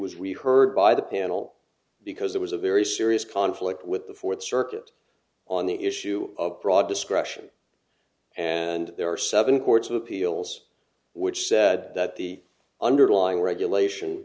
was read heard by the panel because it was a very serious conflict with the fourth circuit on the issue of broad discretion and there are seven courts of appeals which said that the underlying regulation